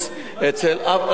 מה זה,